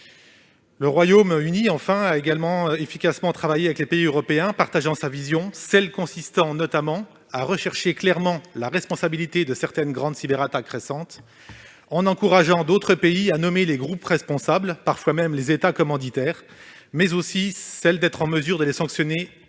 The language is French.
Enfin, il a également efficacement travaillé avec les pays européens partageant sa vision, celle qui consiste à rechercher clairement la responsabilité de certaines grandes cyberattaques récentes, en encourageant d'autres pays à nommer les groupes responsables, parfois même les États commanditaires, mais aussi celle qui recherche une sanction